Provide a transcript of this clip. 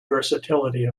versatility